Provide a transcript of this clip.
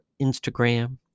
Instagram